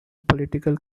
political